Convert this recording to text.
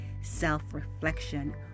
self-reflection